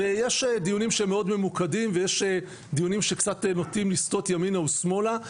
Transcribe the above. ויש דיונים שהם מאוד ממוקדים ויש דיונים שקצת נוטים לסטות ימינה ושמאלה,